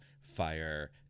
fire